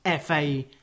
FA